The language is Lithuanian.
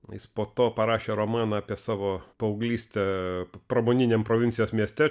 jis po to parašė romaną apie savo paauglystę pramoniniam provincijos mieste